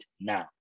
now